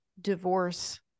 divorce